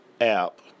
app